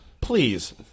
please